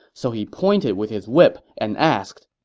so he pointed with his whip and asked,